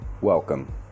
welcome